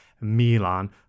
Milan